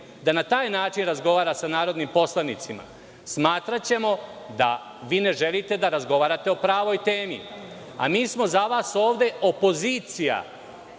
da na taj način razgovara sa narodnim poslanicima, smatraćemo da vi ne želite da razgovarate o pravoj temi. Mi smo za vas ovde opozicija,